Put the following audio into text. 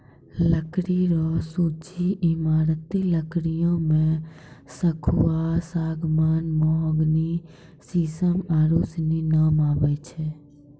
लकड़ी रो सूची ईमारती लकड़ियो मे सखूआ, सागमान, मोहगनी, सिसम आरू सनी नाम आबै छै